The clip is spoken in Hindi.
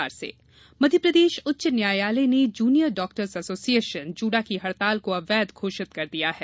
जूडा हड़ताल मध्यप्रदेश उच्च न्यायालय ने जूनियर डॉक्टर्स एसोसिएशन जूडा की हड़ताल को अवैध घोषित कर दिया है